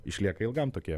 išlieka ilgam tokie